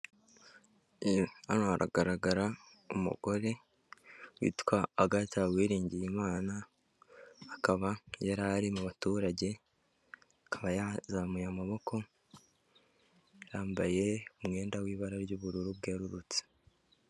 Hano haragaragara umugore witwa Agatha Uwiringiyimana, akaba yari ari mu baturage, akaba yazamuye amaboko, yambaye umwenda w'ibara ry'ubururu bwererutse.